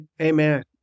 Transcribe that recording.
Amen